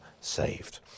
saved